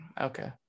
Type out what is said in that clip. okay